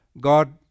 God